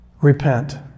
Repent